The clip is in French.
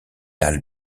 dale